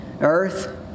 earth